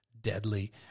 deadly